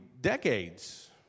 decades